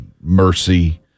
Mercy